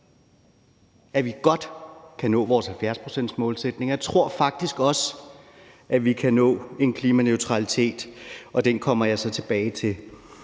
at vi godt kan nå vores 70-procentsmålsætning, og jeg tror faktisk også, at vi kan nå til en klimaneutralitet. Den kommer jeg så tilbage til.